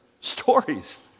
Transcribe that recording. stories